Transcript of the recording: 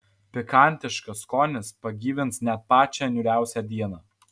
pikantiškas skonis pagyvins net pačią niūriausią dieną